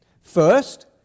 First